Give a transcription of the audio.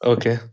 Okay